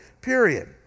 period